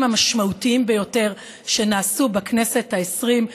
המשמעותיים ביותר שנעשו בכנסת העשרים,